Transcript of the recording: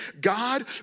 God